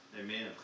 Amen